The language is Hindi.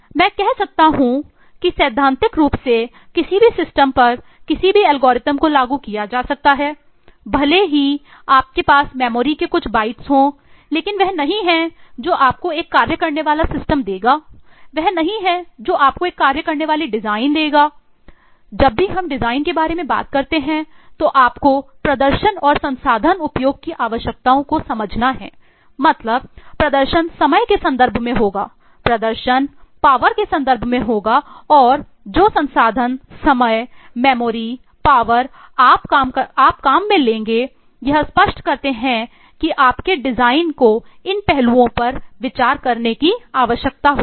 मैं कह सकता हूं कि सैद्धांतिक रूप से किसी भी सिस्टम आप काम में लेंगे यह स्पष्ट करते हैं कि आपके डिज़ाइन को इन पहलुओं पर विचार करने की आवश्यकता होगी